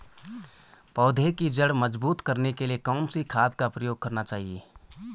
पौधें की जड़ मजबूत करने के लिए कौन सी खाद का प्रयोग करना चाहिए?